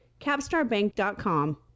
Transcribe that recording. capstarbank.com